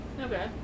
Okay